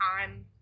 time